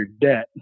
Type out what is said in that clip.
debt